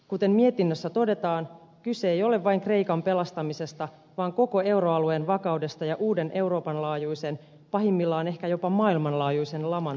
kuten mietinnössä todetaan kyse ei ole vain kreikan pelastamisesta vaan koko euroalueen vakaudesta ja uuden euroopan laajuisen pahimmillaan ehkä jopa maailmanlaajuisen laman torjumisesta